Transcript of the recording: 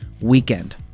Weekend